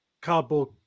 cardboard